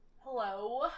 Hello